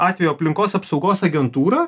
atveju aplinkos apsaugos agentūra